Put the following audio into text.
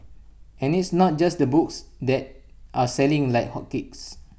and it's not just the books that are selling like hotcakes